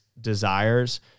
desires